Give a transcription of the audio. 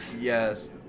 Yes